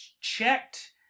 checked